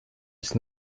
ist